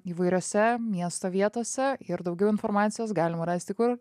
įvairiose miesto vietose ir daugiau informacijos galima rasti kur